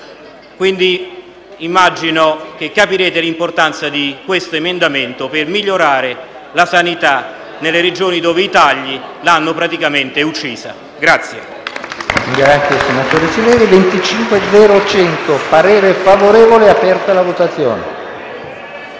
quindi che capirete l'importanza di questo emendamento per migliorare la sanità nelle Regioni in cui i tagli l'hanno praticamente uccisa.